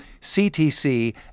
ctc